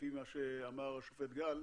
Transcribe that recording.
לפי מה שאמר השופט גל,